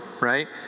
Right